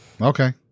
okay